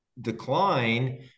decline